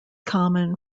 common